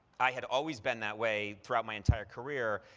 i had always been that way throughout my entire career.